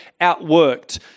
outworked